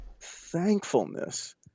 thankfulness